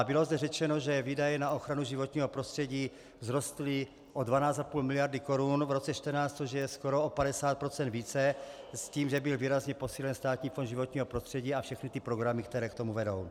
Bylo zde řečeno, že výdaje na ochranu životního prostředí vzrostly o 12,5 miliardy korun v roce 2014, což je skoro o 50 % více, s tím, že byl výrazně posílen Státní fond životního prostředí a všechny ty programy, které k tomu vedou.